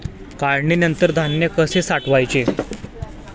काढणीनंतर धान्य कसे साठवायचे?